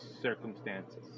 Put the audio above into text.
circumstances